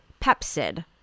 Pepsid